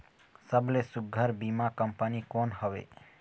सबले सुघ्घर बीमा कंपनी कोन हवे?